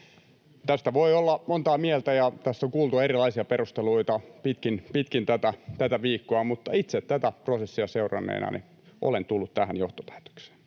Tästä voi olla montaa mieltä, ja tässä on kuultu erilaisia perusteluita pitkin tätä viikkoa, mutta itse tätä prosessia seuranneena olen tullut tähän johtopäätökseen.